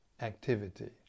activity